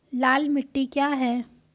लाल मिट्टी क्या है?